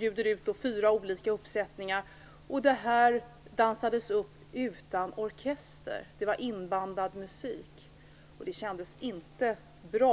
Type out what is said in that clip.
gör fyra olika uppsättningar. Man dansade utan orkester; musiken var inspelad. Det kändes inte bra.